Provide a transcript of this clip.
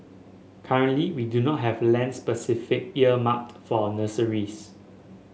currently we do not have land specific earmarked for nurseries